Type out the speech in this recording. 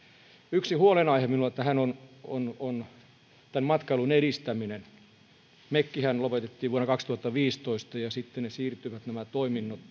yksi huolenaihe minulla tässä on matkailun edistäminen mekhän lopetettiin vuonna kaksituhattaviisitoista ja sitten toiminnot